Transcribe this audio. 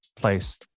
place